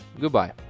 Goodbye